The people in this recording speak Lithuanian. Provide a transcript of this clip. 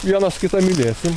vienas kitą mylėsim